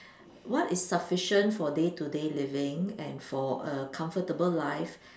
what is sufficient for day to day living and for a comfortable life